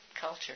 culture